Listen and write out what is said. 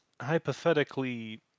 hypothetically